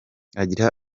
agira